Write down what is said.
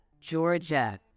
Georgia